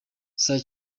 saa